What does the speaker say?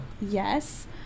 Yes